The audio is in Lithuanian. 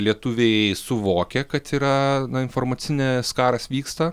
lietuviai suvokia kad yra na informacinis karas vyksta